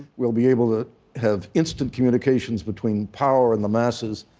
we'll be able to have instant communications between power and the masses.